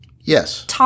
yes